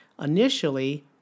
Initially